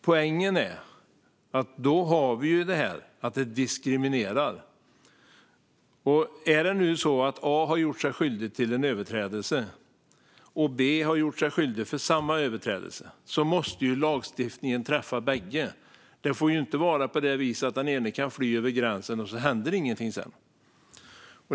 Poängen är att då har vi det här att det diskriminerar. Är det nu så att A har gjort sig skyldig till en överträdelse och B har gjort sig skyldig till samma överträdelse måste ju lagstiftningen träffa bägge. Det får inte vara på det viset att den ene kan fly över gränsen, och sedan händer ingenting.